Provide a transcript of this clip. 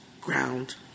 ground